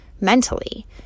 mentally